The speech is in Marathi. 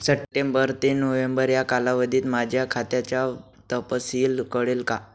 सप्टेंबर ते नोव्हेंबर या कालावधीतील माझ्या खात्याचा तपशील कळेल का?